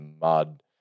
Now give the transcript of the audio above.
mud